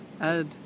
add